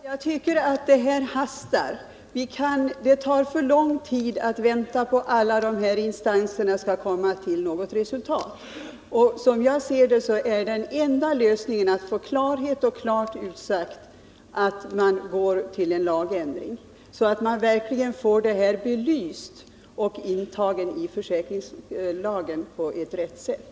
Herr talman! Den här frågan hastar, och jag tycker att det tar för lång tid att vänta på att alla dessa instanser skall komma till ett resultat. Som jag ser det är en lagändring den enda lösningen för att man skall få klarhet och verkligen få problemet belyst och intaget i försäkringslagen på rätt sätt.